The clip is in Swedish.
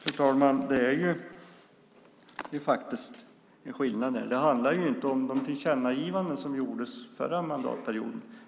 Fru talman! Det finns faktiskt en skillnad här. Det handlar ju inte om de tillkännagivanden som gjordes förra mandatperioden.